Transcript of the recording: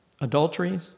adultery